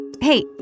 Hey